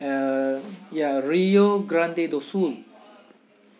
uh ya rio grande do sul